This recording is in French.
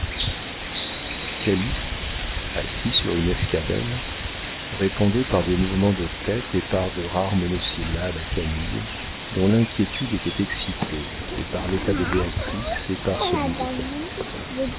ferme calyste assis sur une escabelle répondait par des mouvements de tête et par de rares monosyllabes à camille dont l'inquiétude était excitée et par l'état de béatrix et par celui de